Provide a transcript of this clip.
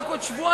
רק עוד שבועיים.